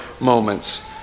moments